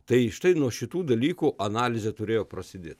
tai štai nuo šitų dalykų analizė turėjo prasidėt